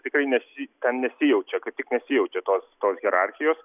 tikrai nesi ten nesijaučia kaiptik nesijaučia tos tos hierarchijos